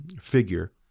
figure